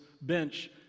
bench